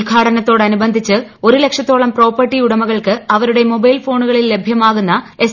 ഉദ്ഘാടനത്തോടനുബന്ധിച്ച് ഒരു ലക്ഷത്തോളം പ്രോപ്പർട്ടി ഉടമകൾക്ക് അവരുടെ മൊബൈൽ ഫോണുകളിൽ ലഭ്യമാകുന്ന എസ്